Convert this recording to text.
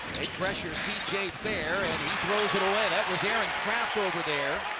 they pressure. fair, and he throws it away. that was aaron craft over there.